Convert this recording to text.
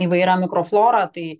įvairia mikroflora tai